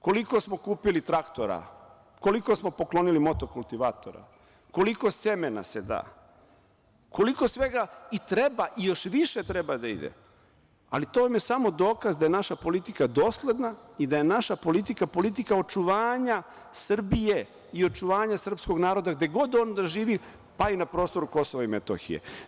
Koliko smo kupili traktora, koliko smo poklonili motokultivatora, koliko semena se da, koliko svega i treba i još više treba da ide, ali to vam je samo dokaz da je naša politika dosledna i da je naša politika, politika očuvanja Srbije i očuvanja srpskog naroda gde god on da živi, pa i na prostoru KiM.